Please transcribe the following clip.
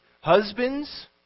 husbands